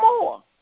more